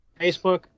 Facebook